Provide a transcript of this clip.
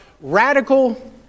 radical